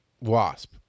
Wasp